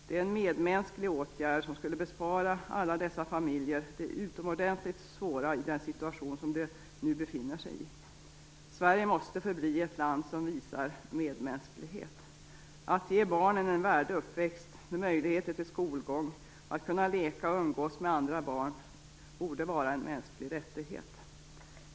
Det är en medmänsklig åtgärd som skulle bespara alla dessa familjer det utomordentligt svåra i den situation som de nu befinner sig i. Sverige måste förbli ett land som visar medmänsklighet och ger barnen en värdig uppväxt med möjligheter till skolgång. Att kunna leka och umgås med andra barn borde vara en mänsklig rättighet.